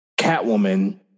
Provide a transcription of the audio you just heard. Catwoman